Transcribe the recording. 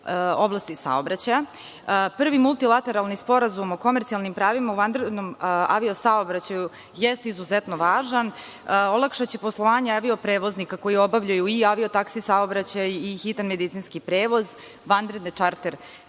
oblasti saobraćaja. Prvi multilateralni sporazum o komercijalnim pravima u vanrednom avio-saobraćaju jeste izuzetno važan, olakšaće poslovanja avio-prevoznika koji obavljaju i avio-taksi saobraćaj i hitan medicinski prevoz, vanredne čarter